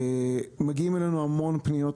מגיעים אלינו המון פניות